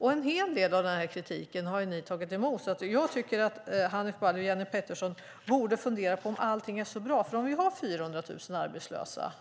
En hel del av den här kritiken har ni tagit emot. Jag tycker att Hanif Bali och Jenny Petersson borde fundera på om allting är så bra om vi har 400 000 arbetslösa.